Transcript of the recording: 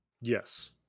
Yes